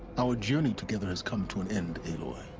our journey together has come to an end, aloy.